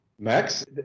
Max